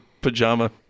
pajama